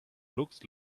looks